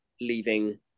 leaving